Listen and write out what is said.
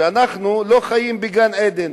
אנחנו לא חיים בגן עדן,